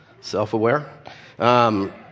self-aware